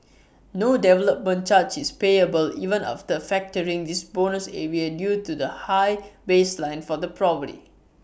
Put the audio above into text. no development charge is payable even after factoring this bonus area due to the high baseline for the property